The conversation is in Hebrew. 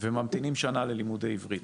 וממתינים שנה ללימודי עברית,